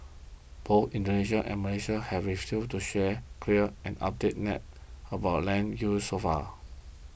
both Indonesia and Malaysia have refused to share clear and updated maps about land use so far